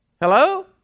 Hello